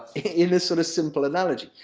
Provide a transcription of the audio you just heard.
in a sort of simple analogy.